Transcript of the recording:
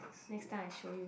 next time I show you